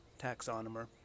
taxonomer